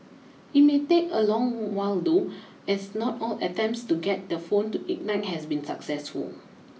it may take a long while though as not all attempts to get the phone to ignite has been successful